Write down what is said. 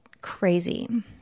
crazy